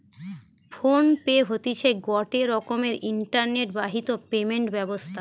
phone pay হতিছে গটে রকমের ইন্টারনেট বাহিত পেমেন্ট ব্যবস্থা